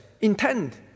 intent